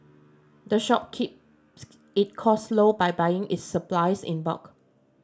the shop keep it cost low by buying its supplies in bulk